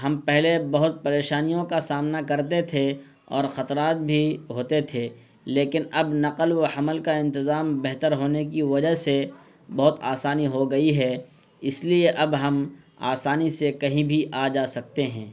ہم پہلے بہت پریشانیوں کا سامنا کرتے تھے اور خطرات بھی ہوتے تھے لیکن اب نقل و حمل کا انتظام بہتر ہونے کی وجہ سے بہت آسانی ہو گئی ہے اس لیے اب ہم آسانی سے کہیں بھی آ جا سکتے ہیں